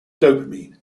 dopamine